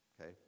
okay